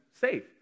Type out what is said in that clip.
safe